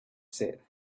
said